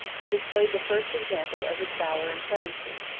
he displayed the first example of his valor and clemency.